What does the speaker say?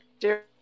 dear